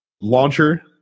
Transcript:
launcher